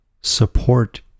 support